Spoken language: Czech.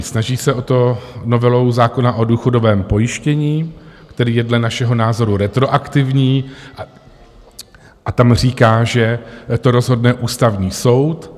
Snaží se o to novelou zákona o důchodovém pojištění, který je dle našeho názoru retroaktivní, a tam říká, že to rozhodne Ústavní soud.